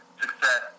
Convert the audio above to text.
success